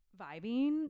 vibing